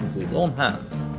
his own hands,